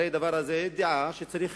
הרי הדבר הזה הוא דעה שצריך